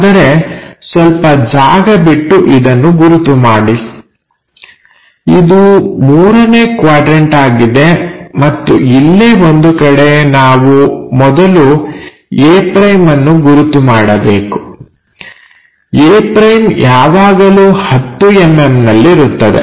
ಆದರೆ ಸ್ವಲ್ಪ ಜಾಗ ಬಿಟ್ಟು ಇದನ್ನು ಗುರುತು ಮಾಡಿ ಇದು ಮೂರನೇ ಕ್ವಾಡ್ರನ್ಟ ಆಗಿದೆ ಮತ್ತು ಇಲ್ಲೇ ಒಂದು ಕಡೆ ನಾವು ಮೊದಲು a' ಅನ್ನು ಗುರುತು ಮಾಡಬೇಕು a' ಯಾವಾಗಲೂ 10mm ನಲ್ಲಿರುತ್ತದೆ